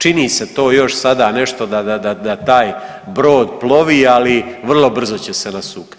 Čini se to još sada nešto da taj brod plovi, ali vrlo brzo će se nasukati.